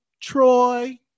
Troy